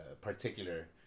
particular